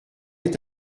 est